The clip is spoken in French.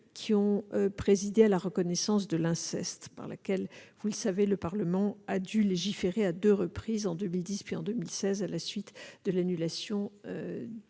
qui ont présidé à la reconnaissance de l'inceste pour laquelle, vous le savez, le Parlement a dû légiférer à deux reprises, en 2010 puis en 2016, à la suite de l'annulation des dispositions